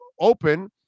open